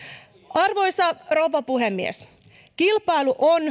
arvoisa rouva puhemies kilpailu on